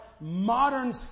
modern